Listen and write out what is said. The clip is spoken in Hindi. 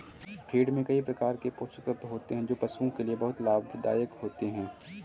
फ़ीड में कई प्रकार के पोषक तत्व होते हैं जो पशुओं के लिए बहुत लाभदायक होते हैं